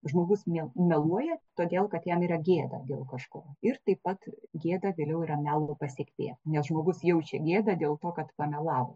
žmogus mie meluoja todėl kad jam yra gėda dėl kažko ir taip pat gėda vėliau yra melo pasekmė nes žmogus jaučia gėdą dėl to kad pamelavo